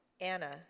Anna